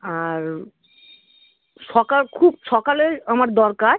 আর সকাল খুব সকালে আমার দরকার